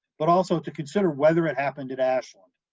but also to consider whether it happened at ashland.